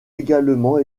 également